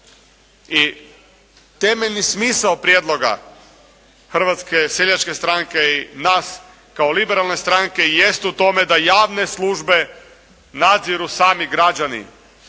I temeljni smisao prijedloga Hrvatske seljačke stranke i nas kao Liberalne stranke jest u tome da javne službe nadziru sami građani.